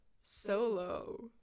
Solo